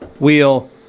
wheel